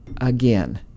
again